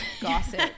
gossip